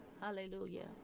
Hallelujah